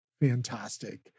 fantastic